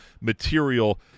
material